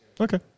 Okay